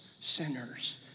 sinners